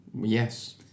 Yes